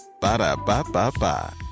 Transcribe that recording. Ba-da-ba-ba-ba